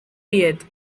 diet